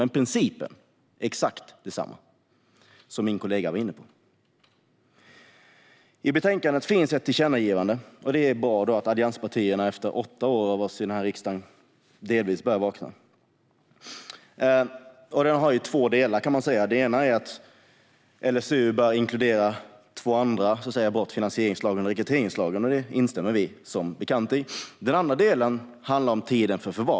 Men principen är exakt densamma, vilket min kollega var inne på. I betänkandet finns ett tillkännagivande. Det är bra att allianspartierna efter åtta år med oss i riksdagen delvis börjar vakna. Tillkännagivandet har två delar. Den ena är att LSU bör inkludera brott mot två andra lagar, finansieringslagen och rekryteringslagen, vilket vi som bekant instämmer i. Den andra delen handlar om tiden för förvar.